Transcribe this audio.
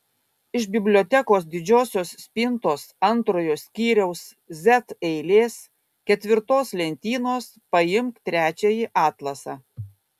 iš bibliotekos didžiosios spintos antrojo skyriaus z eilės ketvirtos lentynos paimk trečiąjį atlasą